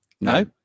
No